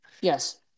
Yes